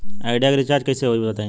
Idea के recharge कइसे होई बताईं?